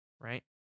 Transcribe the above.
right